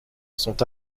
sont